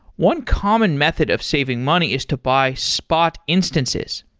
one common method of saving money is to buy spot instances.